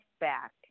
back